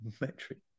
metric